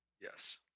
Yes